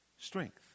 strength